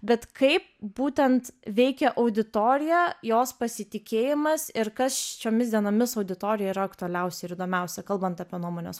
bet kaip būtent veikia auditorija jos pasitikėjimas ir kas šiomis dienomis auditorijai yra aktualiausia ir įdomiausia kalbant apie nuomonės